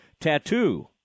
tattoo